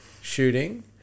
shooting